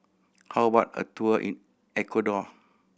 how about a tour in Ecuador